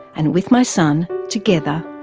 and with my son, together,